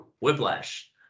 Whiplash